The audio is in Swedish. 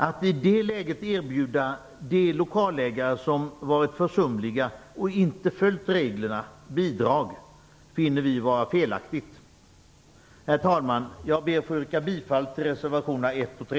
Att i det läget erbjuda de lokalägare som varit försumliga och inte följt reglerna bidrag finner vi vara felaktigt. Herr talman! Jag ber att få yrka bifall till reservationerna 1 och 3.